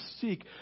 seek